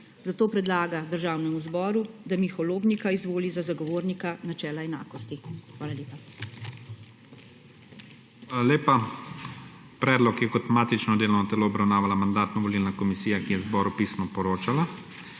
Zato predlaga Državnemu zboru, da Miho Lobnika izvoli za zagovornika načela enakosti. Hvala lepa. PREDSEDNIK IGOR ZORČIČ: Hvala lepa. Predlog je kot matično delovno telo obravnavala Mandatno-volilna komisija, ki je zboru pisno poročala.